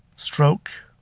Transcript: stroke.